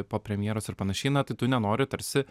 po premjeros ir panašiai na tai tu nenori tarsi